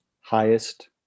highest